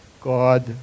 God